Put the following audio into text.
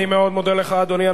אני מאוד מודה לך, אדוני.